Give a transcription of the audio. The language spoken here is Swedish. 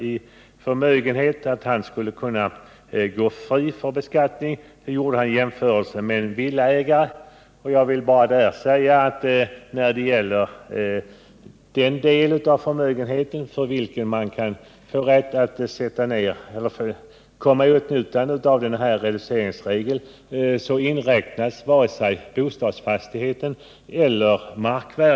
i förmögenhet som skulle kunna gå fri från beskattning, gjorde Curt Boström jämförelsen med en villaägare. Jag vill till det bara säga att när det gäller den del av förmögenheten, för vilken man kan komma i åtnjutande av reduceringsregeln, så inräknas varken bostadsfastigheten eller marken.